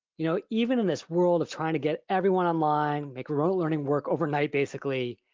you know even in this world of trying to get everyone online, make remote learning work overnight basically,